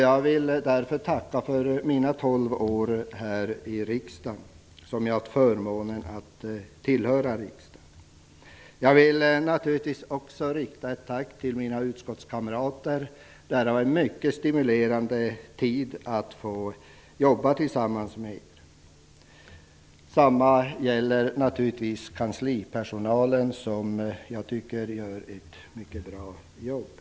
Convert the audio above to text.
Jag vill därför tacka för mina tolv år som jag har haft förmånen att tillhöra riksdagen. Jag vill naturligtvis också rikta ett tack till mina utskottskamrater. Det har varit mycket stimulerande att jobba tillsammans med er. Detsamma gäller kanslipersonalen, som jag tycker gör ett mycket bra jobb.